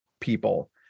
people